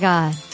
God